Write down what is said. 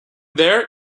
there